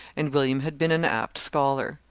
and william had been an apt scholar.